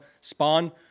Spawn